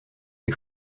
les